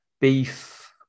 beef